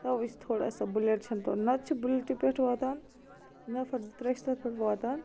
تَوے چھِ تھوڑا سۄ بُلیٹ چھَنہٕ نَتہٕ چھِ بُلٹہِ پٮ۪ٹھ واتان نَفر زٕ ترٛےٚ چھِ تَتھ پٮ۪ٹھ واتان